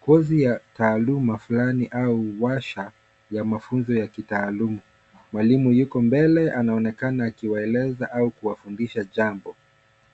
Kozi ya taaluma fulani au washa ya mafunzo ya kitaalum. Mwalimu yuko mbele anaonekana akiwaeleza au kuwafundisha jambo.